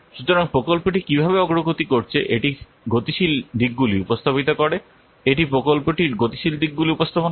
সুতরাং প্রকল্পটি কীভাবে অগ্রগতি করছে এটি গতিশীল দিকগুলি উপস্থাপিত করে এটি প্রকল্পটির গতিশীল দিকগুলি উপস্থাপন করে